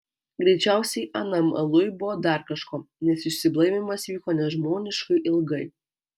greičiausiai anam aluj buvo dar kažko nes išsiblaivymas vyko nežmoniškai ilgai